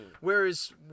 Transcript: Whereas